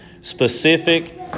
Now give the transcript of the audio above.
specific